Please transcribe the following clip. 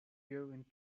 going